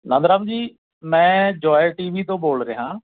ਨੰਦ ਰਾਮ ਜੀ ਮੈਂ ਜੋਏ T V ਤੋਂ ਬੋਲ ਰਿਹਾ